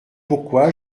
pourquoi